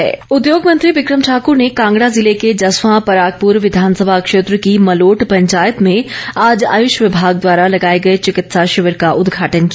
बिक्रम ठाकुर उद्योग मंत्री बिक्रम ठाकूर ने कांगड़ा जिले के जसवां परागपुर विधानसभा क्षेत्र की मलोट पंचायत में आज आयुष विभाग द्वारा लगाए गए चिकित्सा शिविर का उदघाटन किया